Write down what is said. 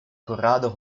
corrado